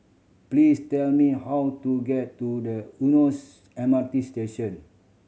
please tell me how to get to the Eunos M R T Station